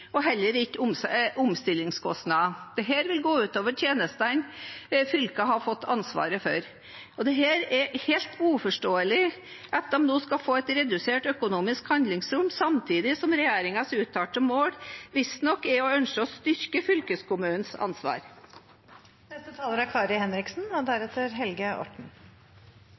og heller ikke omstillingskostnader. Dette vil gå ut over tjenestene fylkene har fått ansvar for. Det er helt uforståelig at de nå skal få et redusert økonomisk handlingsrom samtidig som regjeringens uttalte mål visstnok er å ønske å styrke fylkeskommunens ansvar. Arbeiderpartiet vil utvikle små og